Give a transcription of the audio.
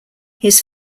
his